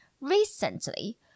Recently